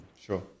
Sure